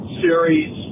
series